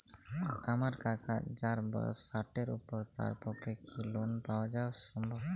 আমার কাকা যাঁর বয়স ষাটের উপর তাঁর পক্ষে কি লোন পাওয়া সম্ভব?